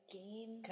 game